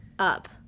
Up